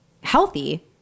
healthy